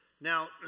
Now